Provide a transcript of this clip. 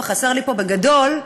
וחסר לי פה בגדול,